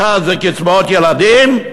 אחת זה קצבאות ילדים,